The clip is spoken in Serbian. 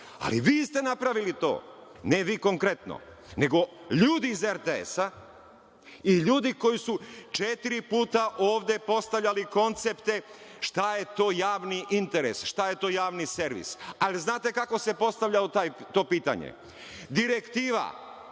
Ali, vi ste napravili to, ne vi konkretno, nego ljudi iz RTS-a i ljudi koji su četiri puta ovde postavljali koncepte šta je to javni interes, šta je to javni servis. Ali, znate li kako se postavljalo to pitanje? Direktiva